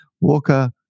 Walker